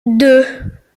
deux